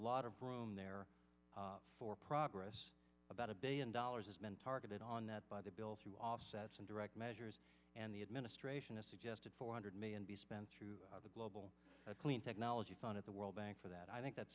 lot of room there for progress about a billion dollars has been targeted on that by the bill through offsets and direct measures and the administration has suggested four hundred million be spent through the global clean technology fund of the world bank for that i think that